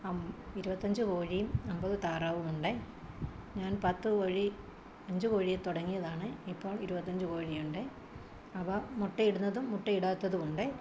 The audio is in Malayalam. അം ഇരുപത്തഞ്ച് കോഴിയും അൻപത് താറാവുമുണ്ടെ ഞാൻ പത്തു കോഴി അഞ്ച് കോഴി തുടങ്ങിയതാണ് ഇപ്പോൾ ഇരുപത്തഞ്ച് കോഴിയുണ്ട് അവ മുട്ടയിടുന്നതും മുട്ട ഇടാത്തതുമുണ്ട്